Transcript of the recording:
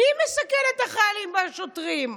מי מסכן את החיילים והשוטרים?